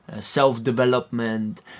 self-development